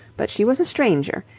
but she was a stranger,